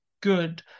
good